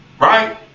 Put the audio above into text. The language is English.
right